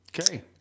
Okay